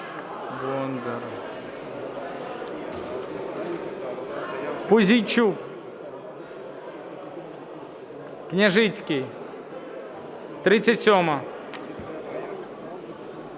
Пузійчук. Княжицький, 37-а.